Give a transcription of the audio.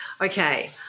Okay